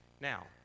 Now